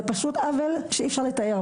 זה פשוט עוול שאי אפשר לתאר,